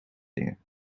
dingen